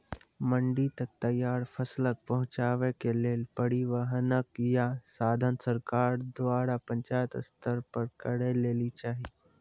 मंडी तक तैयार फसलक पहुँचावे के लेल परिवहनक या साधन सरकार द्वारा पंचायत स्तर पर करै लेली चाही?